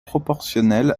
proportionnelle